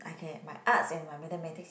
I can my arts and my mathematics